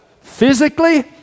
physically